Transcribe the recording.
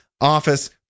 office